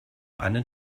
einen